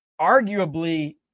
Arguably